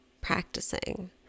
practicing